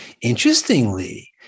Interestingly